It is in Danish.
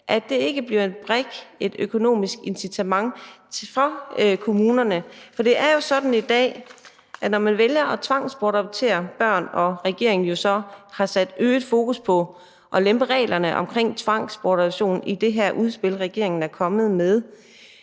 at det ikke bliver en brik, et økonomisk incitament, for kommunerne. For det er jo sådan i dag, at regeringen har sat øget fokus på at lempe reglerne omkring tvangsbortadoption i det her udspil, regeringen er kommet med,